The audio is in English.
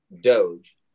doge